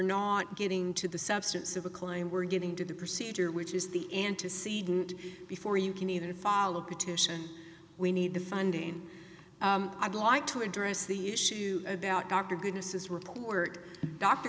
not getting to the substance of the claim we're getting to the procedure which is the antecedent before you can even follow petition we need the funding i'd like to address the issue about dr goodnesses report dr